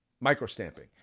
micro-stamping